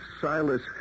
Silas